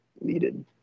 needed